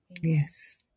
Yes